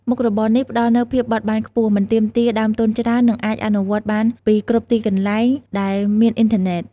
មុខរបរនេះផ្ដល់នូវភាពបត់បែនខ្ពស់ មិនទាមទារដើមទុនច្រើន និងអាចអនុវត្តបានពីគ្រប់ទីកន្លែងដែលមានអ៊ីនធឺណេត។